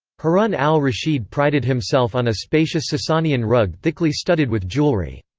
harun al-rashid prided himself on a spacious sasanian rug thickly studded with jewelry.